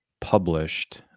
published